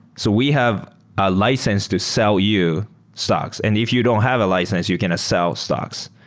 so we have a license to sell you stocks. and if you don't have a license, you cannot sell stocks,